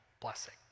blessing